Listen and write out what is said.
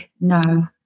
no